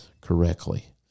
correctly